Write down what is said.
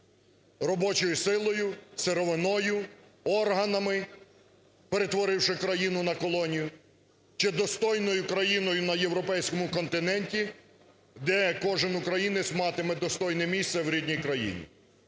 робочою силою, сировиною, органами, перетворивши країну на колонію, чи достойною країною на європейському континенті, де кожен українець матиме достойне місце в рідній країні.